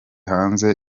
hanze